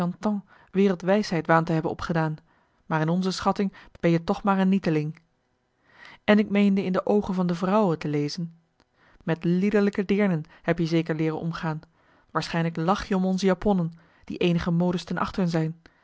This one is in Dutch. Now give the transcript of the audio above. wereldwijsheid waant te hebben opgedaan maar in onze schatting ben je toch maar een nieteling en ik mende in de oogen van de vrouwen te lezen met liederlijke deernen heb je zeker leeren omgaan waarschijnlijk lach je om onze japonnen die eenige modes ten achter zijn